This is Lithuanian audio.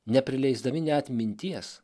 neprileisdami net minties